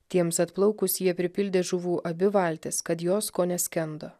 tiems atplaukus jie pripildė žuvų abi valtis kad jos kone skendo